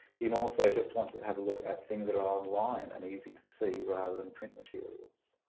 you know so just want to to have a look at things that are online and easy to see rather than print materials